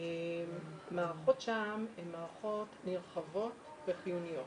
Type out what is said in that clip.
מערכות שע"ם הן מערכות נרחבות וחיוניות.